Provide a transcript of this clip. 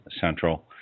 Central